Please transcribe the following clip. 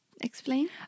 Explain